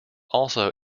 also